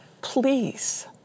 please